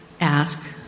ask